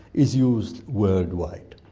is used worldwide.